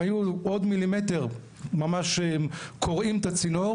אם היו עוד מילימטר ממש קורעים את הצינור